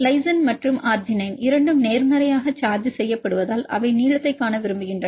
lysine மற்றும் arginine இரண்டும் நேர்மறையாக சார்ஜ் செய்யப்படுவதால் அவை நீளத்தைக் காண விரும்புகின்றன